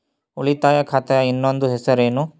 ಉಳಿತಾಯ ಖಾತೆಯ ಇನ್ನೊಂದು ಹೆಸರೇನು?